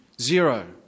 zero